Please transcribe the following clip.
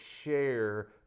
share